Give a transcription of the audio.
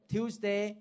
Tuesday